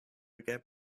get